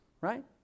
right